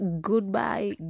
Goodbye